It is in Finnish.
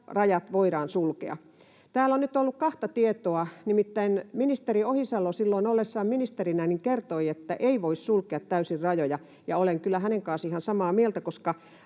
että rajat voidaan sulkea. Täällä on nyt ollut kahta tietoa, nimittäin ministeri Ohisalo silloin ollessaan ministerinä kertoi, että ei voi sulkea täysin rajoja, ja olen kyllä hänen kanssaan ihan samaa mieltä,